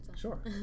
Sure